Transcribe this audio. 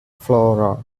flora